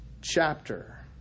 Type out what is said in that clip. chapter